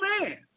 man